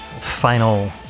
final